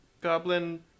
goblin